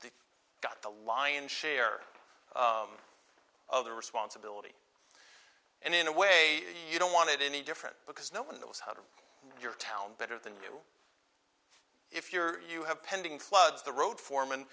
got the lion's share of the responsibility and in a way you don't want it any different because no one knows how to your town better than you if your you have pending floods the road foreman